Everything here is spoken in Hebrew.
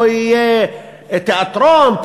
פה יהיה תיאטרון,